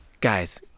Guys